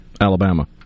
alabama